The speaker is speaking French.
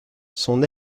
son